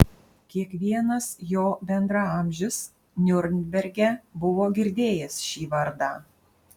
kiekvienas jo bendraamžis niurnberge buvo girdėjęs šį vardą